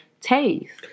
taste